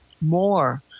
more